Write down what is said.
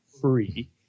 free